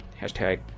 hashtag